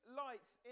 lights